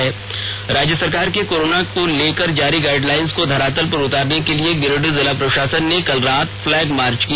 राज्य सरकार के कोरोना को लेकर जारी गाइडलाइंस को धरातल पर उतारने के लिए गिरिडीह जिला प्रशासन ने कल रात फ्लैग मार्च किया